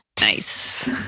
Nice